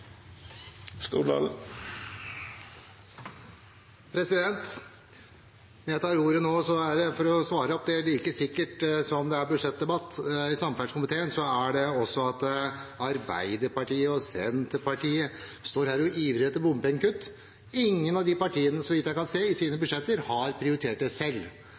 Når jeg tar ordet nå, er det for å svare opp det at like sikkert som det er budsjettdebatt i samferdselskomiteen, er det også at Arbeiderpartiet og Senterpartiet står her og ivrer etter bompengekutt. Ingen av de partiene har, så vidt jeg kan se, prioritert det selv i sine budsjetter. Hvis de skal etterlyse det,